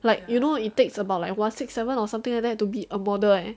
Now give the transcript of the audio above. like you know it takes about like one six seven or something like that to be a model eh